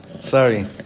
Sorry